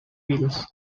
wills